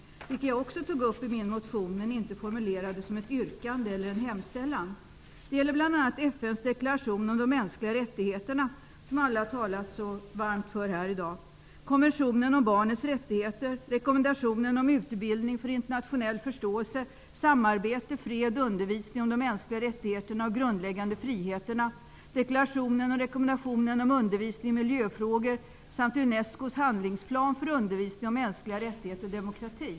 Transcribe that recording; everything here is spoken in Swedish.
Detta tog jag också upp i min motion även om jag inte formulerade det som ett yrkande eller en hemställan. Det gäller bl.a. FN:s deklaration om de mänskliga rättigheterna -- som alla har talat så varmt för här i dag --, konventionen om barnets rättigheter, rekommendationen om utbildning för internationell förståelse, samarbete, fred, undervisning om de mänskliga rättigheterna och grundläggande friheterna, deklarationen och rekommendationerna om undervisning i miljöfrågor samt UNESCO:s handlingsplan för undervisning om mänskliga rättigheter och demokrati.